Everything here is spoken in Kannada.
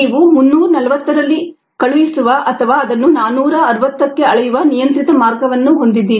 ನೀವು 340 ರಲ್ಲಿ ಕಳುಹಿಸುವ ಮತ್ತು ಅದನ್ನು 460 ಕ್ಕೆ ಅಳೆಯುವ ನಿಯಂತ್ರಿತ ಮಾರ್ಗವನ್ನು ಹೊಂದಿದ್ದೀರಿ